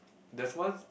there's one